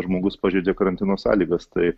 žmogus pažeidė karantino sąlygas tai